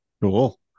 Cool